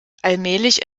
allmählich